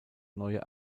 neue